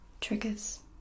triggers